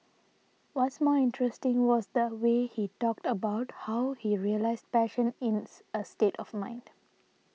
what's more interesting was the way he talked about how he realised passion ins a state of mind